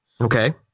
Okay